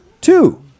Two